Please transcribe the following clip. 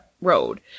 road